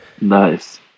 Nice